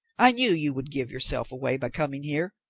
i knew you would give yourself away by coming here.